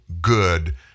good